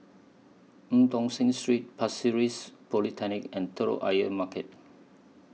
EU Tong Sen Street Pasir Ris and Telok Ayer Market